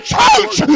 church